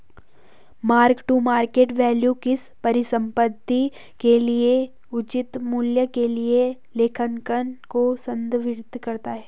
mark to market value किसी परिसंपत्ति के उचित मूल्य के लिए लेखांकन को संदर्भित करता है